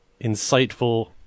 insightful